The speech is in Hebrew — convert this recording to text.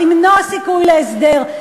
למנוע סיכוי להסדר.